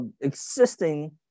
existing